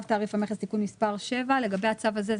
תעריף המכס (תיקון מס' 7). לגבי הצו הזה,